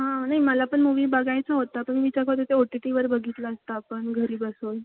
हां नाही मला पण मूवी बघायचा होता तर मी विचार करत होते ओ टी टीवर बघितला असता पण घरी बसून